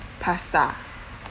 pasta